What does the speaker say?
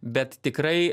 bet tikrai